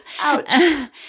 Ouch